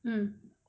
mm